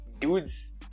dudes